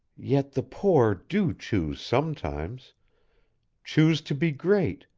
yet the poor do choose sometimes choose to be great,